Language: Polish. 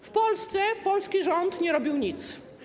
W Polsce polski rząd nie robił nic.